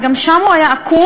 וגם שם הוא היה עקום,